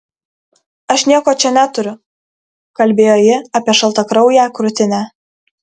aš nieko čia neturiu kalbėjo ji apie šaltakrauję krūtinę